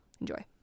Enjoy